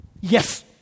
yes